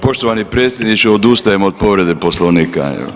Poštovani predsjedniče, odustajem od povrede Poslovnika.